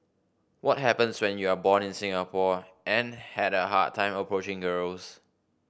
what happens when you are born in Singapore and had a hard time approaching girls